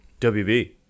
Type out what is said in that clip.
WB